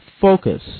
focus